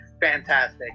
fantastic